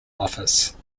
office